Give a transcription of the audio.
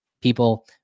people